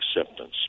acceptance